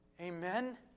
Amen